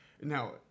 Now